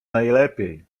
najlepiej